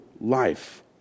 life